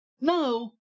No